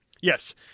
yes